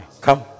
Come